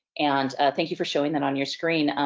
and, thank you for showing that on your screen.